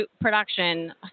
production